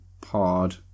pod